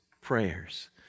prayers